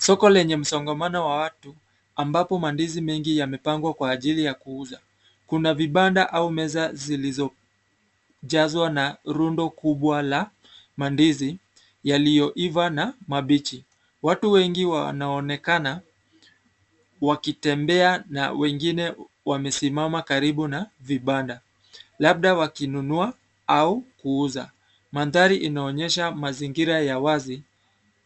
Soko lenye msongamano wa watu ambapo mandizi mengi yamepangwa kwa ajili ya kuuza. kuna vibanda au meza zilizojazwa na rundo kubwa la mandizi yaliyoiva na mabichi. Watu wengi wanaonekana wakitembea na wengine wamesimama karibu na vibanda labda wakinunua au kuuza. Mandhari inaonyesha mazingira ya wazi